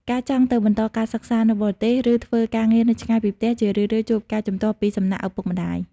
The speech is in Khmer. ការចង់ទៅបន្តការសិក្សានៅបរទេស ឬធ្វើការងារនៅឆ្ងាយពីផ្ទះ ជារឿយៗជួបការជំទាស់ពីសំណាក់ឪពុកម្តាយ។